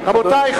רבותי,